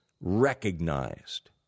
recognized